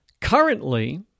Currently